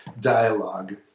dialogue